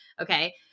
Okay